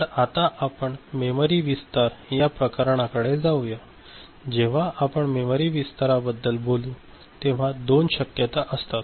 तर आता आपण मेमरी विस्तार या प्रकरणा कडे जाऊया आणि जेव्हा आपण मेमरी विस्ताराबद्दल बोलू तेव्हा दोन शक्यता असतात